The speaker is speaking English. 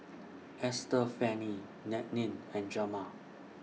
Estefany Nannette and Jamaal